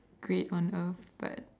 great on earth but